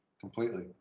completely